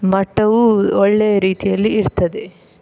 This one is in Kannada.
ಮಟ್ಟವು ಒಳ್ಳೆ ರೀತಿಯಲ್ಲಿ ಇರ್ತದೆ